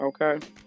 Okay